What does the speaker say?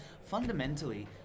fundamentally